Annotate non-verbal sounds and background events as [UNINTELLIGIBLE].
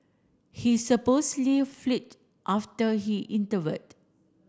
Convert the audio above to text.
he supposedly [UNINTELLIGIBLE] after he intervened